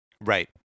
Right